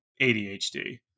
ADHD